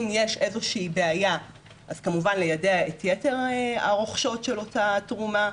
אם יש איזו שהיא בעיה אז כמובן ליידע את יתר הרוכשות של אותה תרומה,